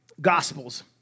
gospels